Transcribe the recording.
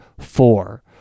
four